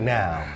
now